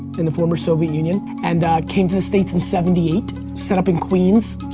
in the former soviet union, and came to the states in seventy eight, set up in queens.